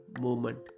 moment